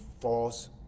false